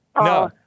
No